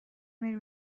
میری